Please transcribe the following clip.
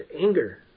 anger